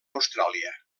austràlia